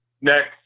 next